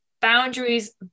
boundaries